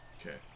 Okay